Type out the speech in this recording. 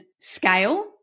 scale